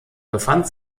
befand